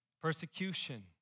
persecution